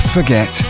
Forget